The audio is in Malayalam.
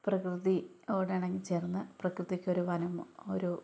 പ്രകൃതിയോട് ഇണങ്ങിച്ചേർന്ന പ്രകൃതിയ്ക്ക് ഒരു വനം ഒരു